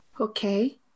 Okay